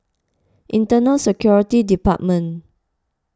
Internal Security Department